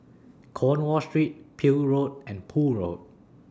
Cornwall Street Peel Road and Poole Road